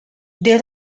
there